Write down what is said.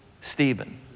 Stephen